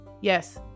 Yes